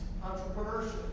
entrepreneurship